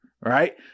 right